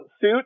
suit